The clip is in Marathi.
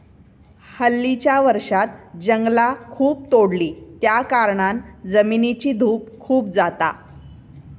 हल्लीच्या वर्षांत जंगला खूप तोडली त्याकारणान जमिनीची धूप खूप जाता